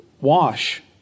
Wash